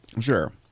Sure